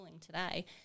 today